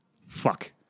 Fuck